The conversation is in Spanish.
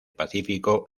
pacífico